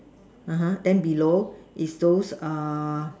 (uh huh) then below is those err